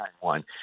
one